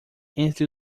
entre